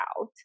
out